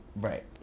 Right